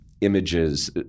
images